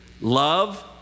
love